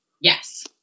Yes